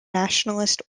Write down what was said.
nationalist